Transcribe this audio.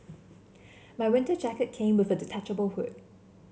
my winter jacket came with a detachable hood